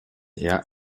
eher